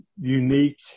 unique